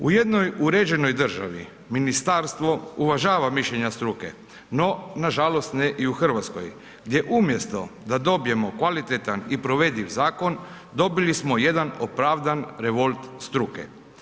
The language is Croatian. U jednoj uređenoj državi, ministarstvo uvažava mišljenja struke no nažalost ne i u Hrvatskoj gdje umjesto da dobijemo kvalitetan i provediv zakon dobili smo jedan opravdan revolt struke.